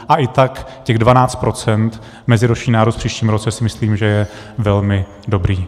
A i tak těch 12 % meziroční nárůst v příštím roce si myslím, že je velmi dobrý.